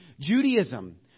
Judaism